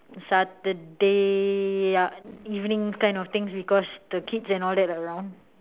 saturday ya evening kind of things because the kids and all that are around